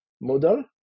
model